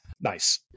nice